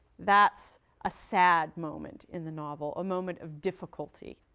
that's a sad moment in the novel, a moment of difficulty,